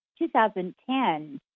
2010